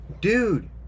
dude